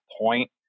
point